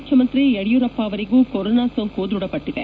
ಮುಖ್ಯಮಂತ್ರಿ ಯಡಿಯೂರಪ್ಪ ಅವರಿಗೂ ಕೊರೊನಾ ಸೋಂಕು ದ್ವಢಪಟ್ಟಿದೆ